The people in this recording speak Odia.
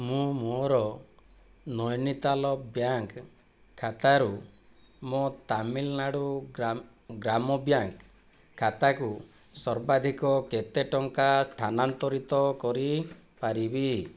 ମୁଁ ମୋର ନୈନିତାଲ ବ୍ୟାଙ୍କ୍ ଖାତାରୁ ମୋ' ତାମିଲନାଡୁ ଗ୍ରାମ ବ୍ୟାଙ୍କ୍ ଖାତାକୁ ସର୍ବାଧିକ କେତେ ଟଙ୍କା ସ୍ଥାନାନ୍ତରିତ କରିପାରିବି